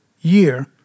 year